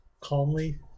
calmly